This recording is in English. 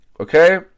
Okay